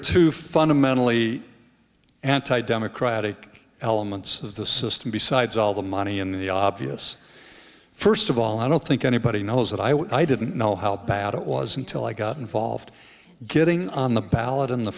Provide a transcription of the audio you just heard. two fundamentally anti democratic elements of the system besides all the money in the obvious first of all i don't think anybody knows that i didn't know how bad it was until i got involved getting on the ballot in the